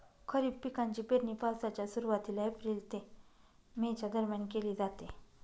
खरीप पिकांची पेरणी पावसाच्या सुरुवातीला एप्रिल ते मे च्या दरम्यान केली जाते